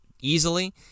easily